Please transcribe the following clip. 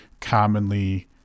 commonly